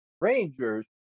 Rangers